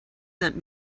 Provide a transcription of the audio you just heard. sent